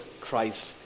Christ